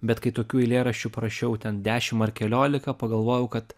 bet kai tokių eilėraščių parašiau ten dešim ar keliolika pagalvojau kad